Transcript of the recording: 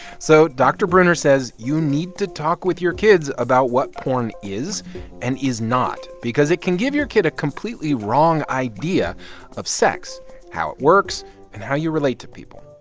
so dr. breuner says you need to talk with your kids about what porn is and is not, because it can give your kid a completely wrong idea of sex how it works and how you relate to people.